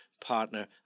partner